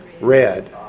Red